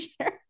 share